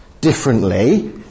differently